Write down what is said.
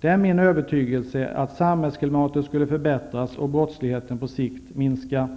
Det är min övertygelse att samhällsklimatet skulle förbättras och brottsligheten på sikt minska.